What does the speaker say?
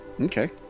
Okay